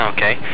Okay